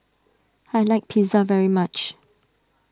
I like Pizza very much